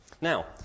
Now